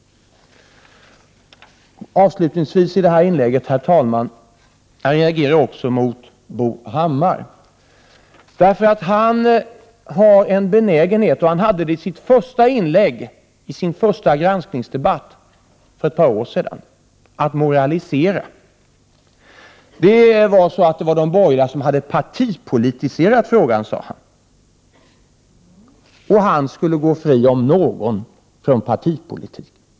Avslutningvis vill jag i detta inlägg säga att jag reagerar också mot Bo Hammar. Han har en benägenhet — och han hade det i sitt första inlägg i sin första granskningsdebatt för ett par år sedan — att moralisera. Det var de borgerliga som hade partipolitiserat frågan, sade han, och han, om någon, skulle gå fri från partipolitik.